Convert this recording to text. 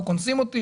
לא קונסים אותי.